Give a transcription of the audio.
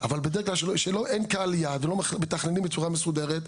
אבל כשאין קהל יעד ולא מתכננים בצורה מסודרת,